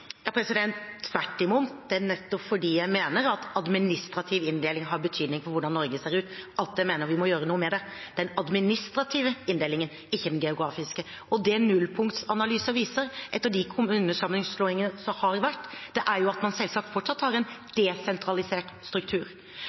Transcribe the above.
Tvert imot. Det er nettopp fordi jeg mener at administrativ inndeling har betydning for hvordan Norge ser ut, jeg mener vi må gjøre noe med den administrative inndelingen, ikke den geografiske. Det nullpunktsanalyser viser etter de kommunesammenslåingene som har vært, er jo at man selvsagt fortsatt har en desentralisert struktur.